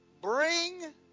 bring